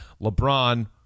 LeBron